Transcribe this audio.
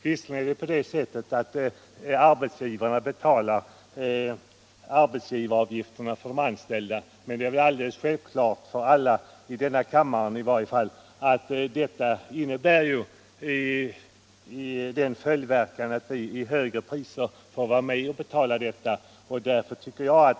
Visserligen är det arbetsgivarna som betalar arbetsgivaravgifterna för sina anställda, men det är väl alldeles klart för alla — i denna kammare i varje fall — att detta får som följdverkan att vi i högre priser måste vara med om att betala dessa avgifter.